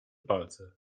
palce